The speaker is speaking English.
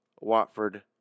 Watford